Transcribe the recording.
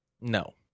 No